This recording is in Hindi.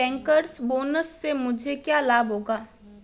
बैंकर्स बोनस से मुझे क्या लाभ होगा?